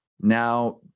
now